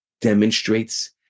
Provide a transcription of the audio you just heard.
demonstrates